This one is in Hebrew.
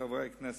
חברי הכנסת,